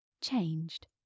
Changed